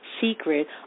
secret